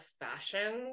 fashion